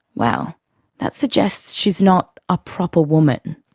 well that suggests she's not a proper woman.